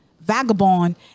Vagabond